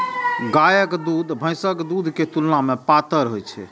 गायक दूध भैंसक दूध के तुलना मे पातर होइ छै